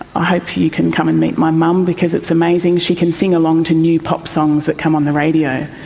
i hope you can come and meet my mum because it's amazing, she can sing along to new pop songs that come on the radio.